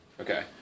Okay